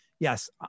yes